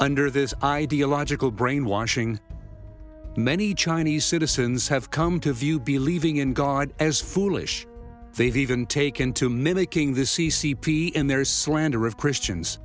under this ideological brainwashing many chinese citizens have come to view believing in god as foolish they've even taken to making the c c p in there is slander of christians